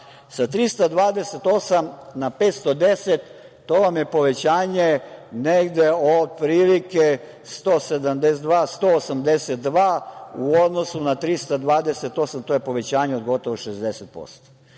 sa 328 na 510, to vam je povećanje negde otprilike 182 u odnosu na 328, to je povećanje od gotovo 60%.